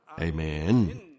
Amen